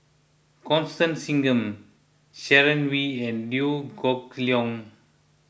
Constance Singam Sharon Wee and Liew Geok Leong